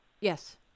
Yes